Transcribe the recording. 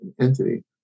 entity